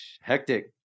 Hectic